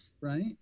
right